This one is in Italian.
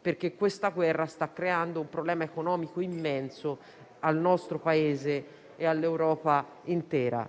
perché questa guerra sta creando un problema economico immenso al nostro Paese e all'Europa intera.